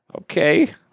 Okay